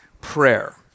prayer